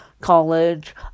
college